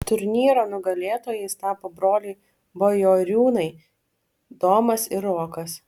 turnyro nugalėtojais tapo broliai bajoriūnai domas ir rokas